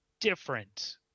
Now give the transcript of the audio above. different